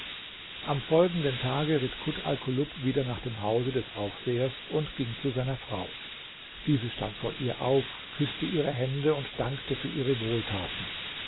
am folgenden tage ritt kut alkulub wieder nach dem hause des aufsehers und ging zu seiner frau diese stand vor ihr auf küßte ihre hände und dankte für ihre wohltaten